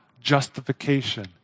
justification